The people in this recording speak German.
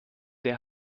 der